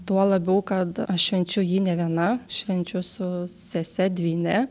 tuo labiau kad aš švenčiu jį ne viena švenčiu su sese dvyne